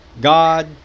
God